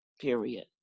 period